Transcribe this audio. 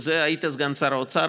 היית סגן שר האוצר,